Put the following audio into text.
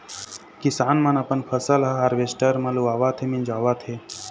किसान मन अपन फसल ह हावरेस्टर म लुवावत हे, मिंजावत हे